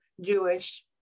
Jewish